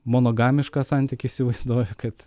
monogamišką santykį įsivaizduoju kad